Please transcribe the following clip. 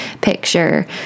picture